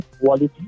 quality